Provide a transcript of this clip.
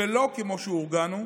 ולא כמו שהורגלנו,